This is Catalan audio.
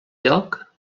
lloc